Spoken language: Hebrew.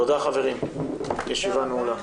תודה חברים, הישיבה נעולה.